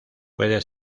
puede